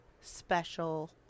special